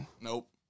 Nope